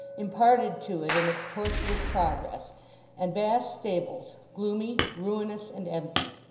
imparted to it in its tortuous progress and vast stables, gloomy, ruinous, and empty.